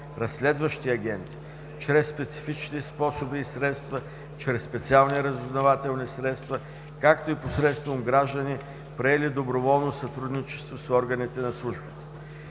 „разследващи агенти“ чрез специфични способи и средства, чрез специални разузнавателни средства, както и посредством граждани, приели доброволно сътрудничество с органите на службата.